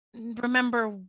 remember